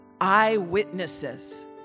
Eyewitnesses